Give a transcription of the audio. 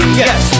yes